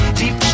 deep